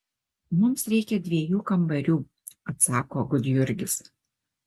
mums reikia dviejų kambarių atsako gudjurgis